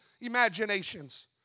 imaginations